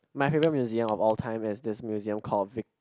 my favourite museum of all times is this museum called Vic~